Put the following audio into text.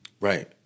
Right